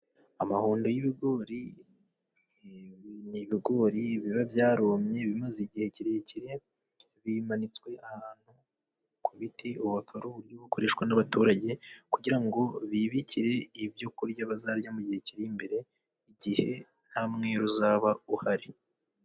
Amahundo y'ibigori. Ni ibigori biba byarumye, bimaze igihe kirekire bimanitswe ahantu ku biti. Ubu akaba ari uburyo bukoreshwa n'abaturage, kugira ngo bibikire ibyo kurya bazarya mu gihe kiri imbere, igihe nta mwero uzaba uhari.